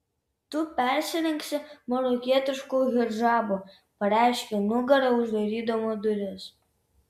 tu persirengsi marokietišku hidžabu pareiškė nugara uždarydama duris